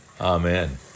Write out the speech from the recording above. Amen